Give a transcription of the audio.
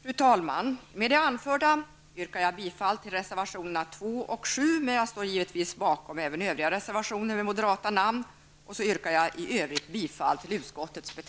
Luftfartsverkets verksamhet